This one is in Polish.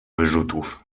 wyrzutów